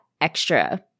extra